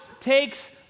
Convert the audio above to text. takes